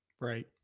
Right